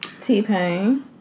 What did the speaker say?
T-Pain